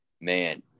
man